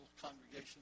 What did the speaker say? congregation